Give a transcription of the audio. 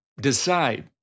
decide